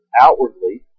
outwardly